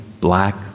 black